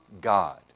God